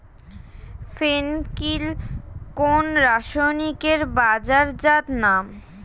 ফেন কিল কোন রাসায়নিকের বাজারজাত নাম?